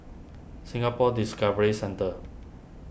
Singapore Discovery Centre